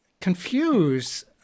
confuse